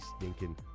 stinking